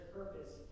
purpose